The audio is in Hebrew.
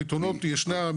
הפתרונות ישנם,